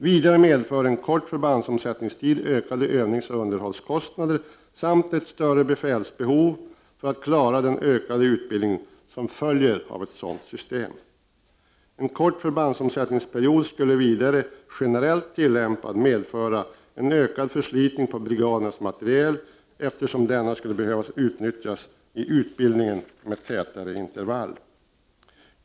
Vidare medför en kort förbandsomsättningstid ökade övningsoch underhållskostnader samt ett större befälsbehov för att klara den ökade utbildning som följer av ett sådant system. En kort förbandsomsättningsperiod skulle vidare, generellt tillämpad, medföra en ökad förslitning på brigadernas materiel, eftersom denna skulle behöva utnyttjas med tätare intervall i utbildningen.